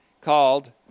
called